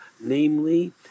namely